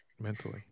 Mentally